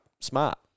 smart